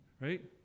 right